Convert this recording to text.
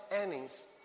earnings